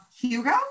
Hugo